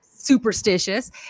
Superstitious